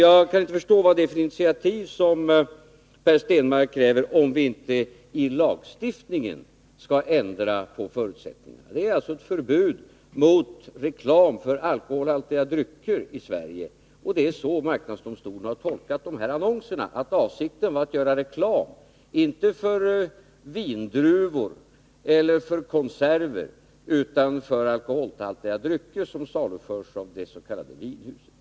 Jag kan inte förstå vad det är för initiativ som Per Stenmarck kräver, om vi inte i lagstiftningen skall ändra på förutsättningarna. Det finns alltså i Sverige ett förbud mot reklam för alkoholhaltiga drycker. Marknadsdomstolen har tolkat dessa annonser så, att avsikten var att göra reklam inte för vindruvor eller konserver utan för alkoholhaltiga drycker som saluförs av det s.k. Vinhuset.